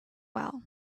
well